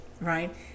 Right